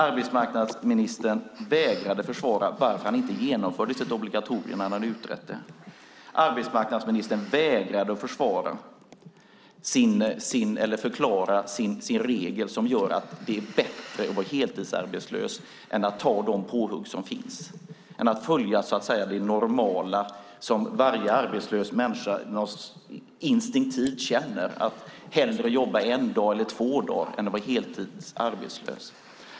Arbetsmarknadsministern vägrade försvara varför han inte genomförde sitt obligatorium när han hade utrett det. Arbetsmarknadsministern vägrade att förklara sin regel som gör att det är bättre att vara heltidsarbetslös än att ta de påhugg som finns, än att följa det normala som varje arbetslös människa instinktivt känner, nämligen att hellre jobba en dag eller två dagar än att vara heltidsarbetslös.